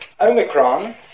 Omicron